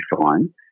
fine